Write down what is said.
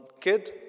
kid